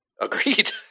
Agreed